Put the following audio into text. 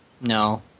No